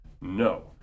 No